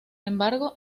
embargo